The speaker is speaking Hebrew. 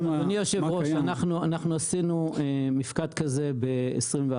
אדוני היושב ראש, אנחנו עשינו מפקד כזה ב-21'